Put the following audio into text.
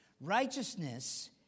Righteousness